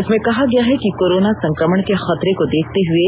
इसमें कहा गया है कि कोरोना संकमण के खतरे को देखते हुए